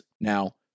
Now